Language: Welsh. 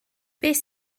beth